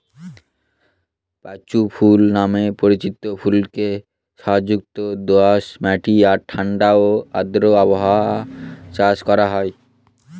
পাঁচু ফুল নামে পরিচিত ফুলকে সারযুক্ত দোআঁশ মাটি আর ঠাণ্ডা ও আর্দ্র আবহাওয়ায় চাষ করা হয়